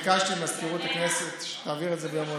ביקשתי ממזכירות הכנסת שתעביר את זה ביום רביעי.